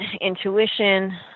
intuition